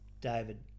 David